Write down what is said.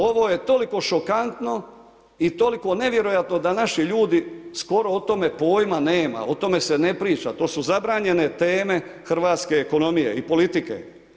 Ovo je toliko šokantno i toliko nevjerojatno da naši ljudi skoro o tome pojma nema, o tome se ne priča, to su zabranjene teme hrvatske ekonomije i politike.